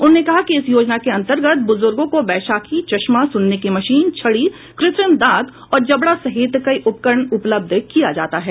उन्होंने कहा कि इस योजना के अंतर्गत बुजुर्गों को बैशाखी चश्मा सुनने की मशीन छड़ी कृत्रिम दांत और जबड़ा सहित कई उपकरण उपलब्ध कराये जाते हैं